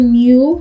new